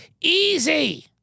easy